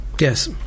yes